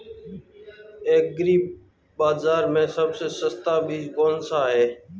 Agree बाज़ार में सबसे सस्ता बीज कौनसा है?